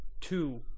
two